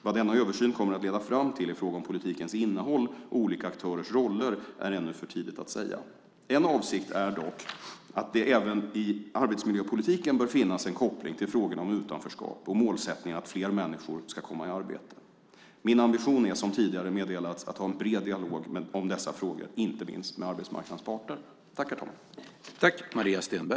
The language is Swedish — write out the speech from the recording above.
Vad denna översyn kommer att leda fram till ifråga om politikens innehåll och olika aktörers roller är ännu för tidigt att säga. En avsikt är dock att det även i arbetsmiljöpolitiken bör finnas en koppling till frågorna om utanförskap och målsättningen att fler människor ska komma i arbete. Min ambition är som tidigare meddelats att ha en bred dialog om dessa frågor, inte minst med arbetsmarknadens parter.